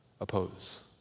Oppose